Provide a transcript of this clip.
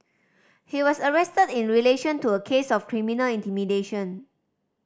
he was arrested in relation to a case of criminal intimidation